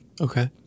Okay